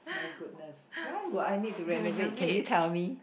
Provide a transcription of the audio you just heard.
my goodness why would I need to renovate can you tell me